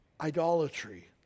idolatry